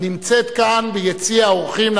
הנמצאת כאן ביציע האורחים.